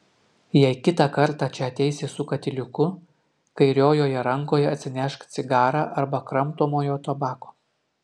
jei kitą kartą čia ateisi su katiliuku kairiojoje rankoje atsinešk cigarą arba kramtomojo tabako